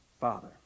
father